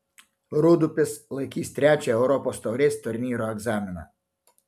rūdupis laikys trečią europos taurės turnyro egzaminą